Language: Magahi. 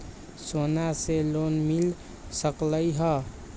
सोना से लोन मिल सकलई ह?